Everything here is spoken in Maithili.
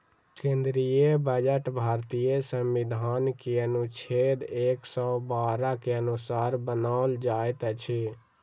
केंद्रीय बजट भारतीय संविधान के अनुच्छेद एक सौ बारह के अनुसार बनाओल जाइत अछि